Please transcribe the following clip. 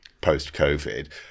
post-COVID